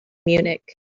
munich